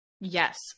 Yes